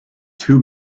two